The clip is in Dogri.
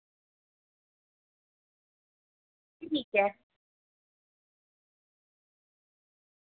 ठीक